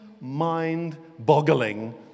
mind-boggling